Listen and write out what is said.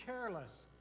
careless